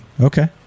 Okay